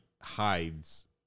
hides